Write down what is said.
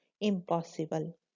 impossible